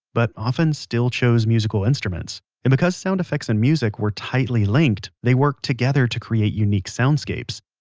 but often still chose musical instruments and because sound effects and music were tightly linked, they worked together to create unique soundscapes.